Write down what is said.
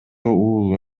уулу